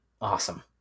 awesome